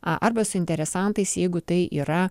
arba su interesantais jeigu tai yra